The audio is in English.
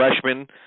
freshman